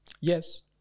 yes